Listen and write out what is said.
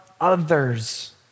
others